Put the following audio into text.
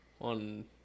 on